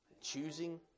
Choosing